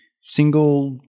single